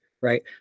right